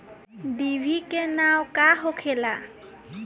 डिभी के नाव का होखेला?